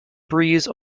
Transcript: breeze